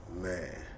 Man